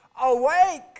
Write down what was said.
awake